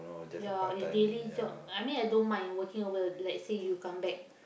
ya if daily job I mean I don't mind working over like say you come back